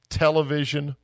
television